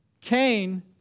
Cain